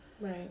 Right